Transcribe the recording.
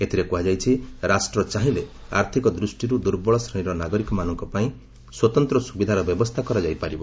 ଏଥିରେ କୁହାଯାଇଛି ରାଷ୍ଟ୍ର ଚାହିଁଲେ ଆର୍ଥକ ଦୃଷ୍ଟିରୁ ଦୁର୍ବଳ ଶ୍ରେଣୀର ନାଗରିକମାନଙ୍କ ଉନ୍ନତିପାଇଁ ସ୍ୱତନ୍ତ୍ର ସୁବିଧାର ବ୍ୟବସ୍ଥା କରାଯାଇପାରିବ